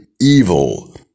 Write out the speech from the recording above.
evil